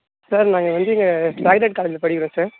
sir நாங்கள் வந்து இங்கே காலேஜில் படிக்கிறோம் சார்